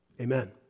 Amen